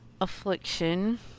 Affliction